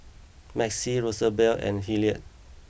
Maxie Rosabelle and Hillard